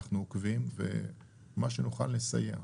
מה שנוכל לסייע,